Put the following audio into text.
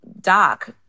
Doc